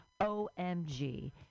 OMG